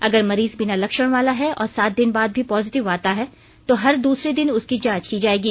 अगर मरीज बिना लक्षण वाला है और सात दिन बाद भी पॉजीटिव आता है तो हर दूसरे दिन उसकी जांच की जायेगी